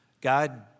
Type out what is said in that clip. God